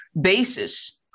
basis